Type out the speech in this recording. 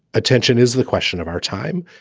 attention is the question of our time.